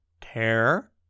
tear